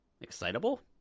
Excitable